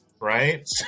right